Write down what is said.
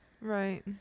Right